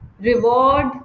reward